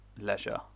leisure